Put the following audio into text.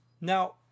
Now